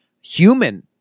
human